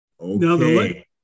okay